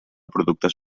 productes